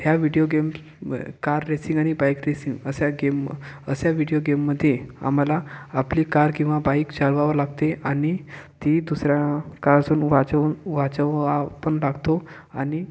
ह्या video game car racing आणि bike racing असा गेम अशा व्हिडिओ गेममध्ये आम्हाला आपली कार किंवा बाईक चालवावं लागते आणि ती दुसऱ्या कार सोबत वाचवून वाचवावं पण लागतो आणि